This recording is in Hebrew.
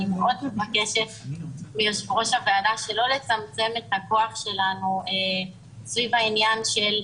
אני מבקשת מיושב-ראש הוועדה שלא לצמצם את הכוח שלנו סביב העניין,